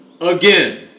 Again